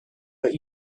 but